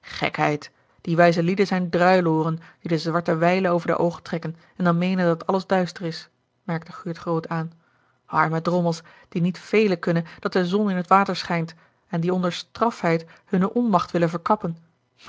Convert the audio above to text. gekheid die wijze lieden zijn druilooren die de zwarte wijle over de oogen trekken en dan meenen dat alles duister is merkte guurt groot aan arme drommels die niet velen kunnen dat de zon in t water schijnt en die onder strafheid hunne onmacht willen verkappen